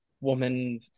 woman